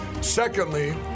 Secondly